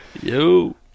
Yo